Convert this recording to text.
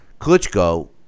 Klitschko